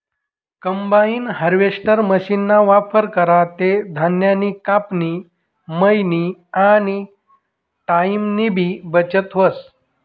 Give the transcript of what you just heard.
combine harvester मशीनना वापर करा ते धान्यनी कापनी, मयनी आनी टाईमनीबी बचत व्हस